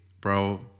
bro